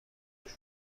ذاتی